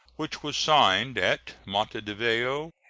which was signed at montevideo,